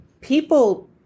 people